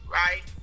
right